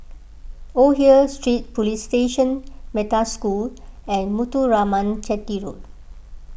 Old Hill Street Police Station Metta School and Muthuraman Chetty Road